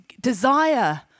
desire